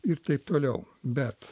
ir taip toliau bet